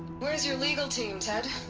where's your legal team, ted?